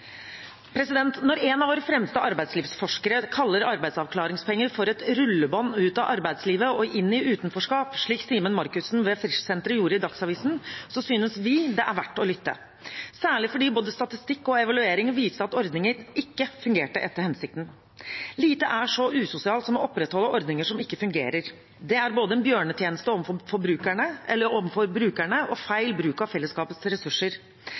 Når en av våre fremste arbeidslivsforskere kaller arbeidsavklaringspenger for et rullebånd ut av arbeidslivet og inn i utenforskap, slik Simen Markussen ved Frischsenteret gjorde i Dagsavisen, synes vi det er verdt å lytte, særlig fordi både statistikk og evalueringer viste at ordningen ikke fungerte etter hensikten. Lite er så usosialt som å opprettholde ordninger som ikke fungerer. Det er både en bjørnetjeneste overfor brukerne og feil bruk av fellesskapets ressurser. Regjeringen har gjort endringer i ordninger generelt og